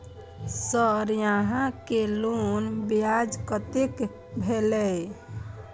Sir यहां के loan ब्याज कतेक भेलेय?